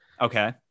Okay